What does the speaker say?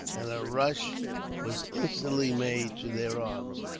and a rush was instantly made to their arms.